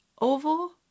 oval